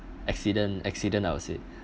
accident accident I would say